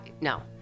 no